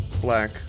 Black